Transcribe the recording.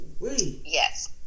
Yes